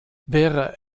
wäre